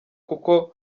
kuko